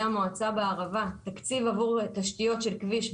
המועצה בערבה תקציב עבור תשתיות של כביש,